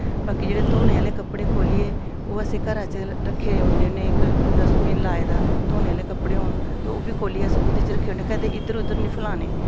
बाकी जेह्ड़े धोने आह्ले कपड़े खोलियै ओह् अस घरा च रक्खी ओड़ने होन्ने इक डस्टबिन लाए दा धोने आह्ले कपड़े होन ते ओह् बी खोलियै अस ओह्दे च रक्खी ओड़ने होन्ने कदें इद्धर उद्धर नि फलाने